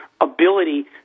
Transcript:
ability